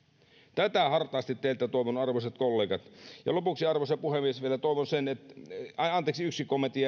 tätä hartaasti teiltä toivon arvoisat kollegat ja lopuksi arvoisa puhemies vielä toivoisin anteeksi yksi kommentti